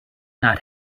not